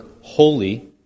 holy